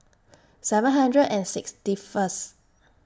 seven hundred and sixty First